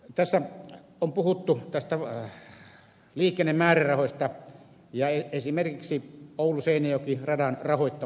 tässä on puhuttu liikennemäärärahoista ja esimerkiksi ouluseinäjoki radan rahoituksesta